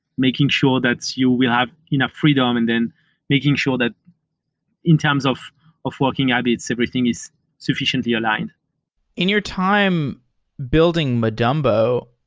making sure that you will have enough freedom, and then making sure that in terms of of working habits, everything is sufficiently aligned in your time building madumbo,